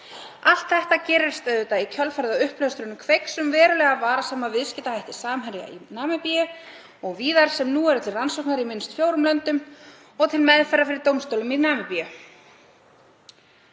Allt þetta gerist auðvitað í kjölfarið á uppljóstrun Kveiks um verulega vafasama viðskiptahætti Samherja í Namibíu og víðar sem nú eru til rannsóknar í minnst fjórum löndum og til meðferðar fyrir dómstólum í Namibíu.